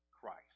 Christ